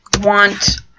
want